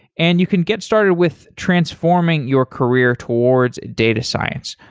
and you can get started with transforming your career towards data science.